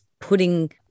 putting